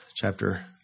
chapter